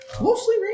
Mostly